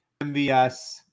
MVS